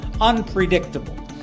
unpredictable